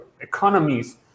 economies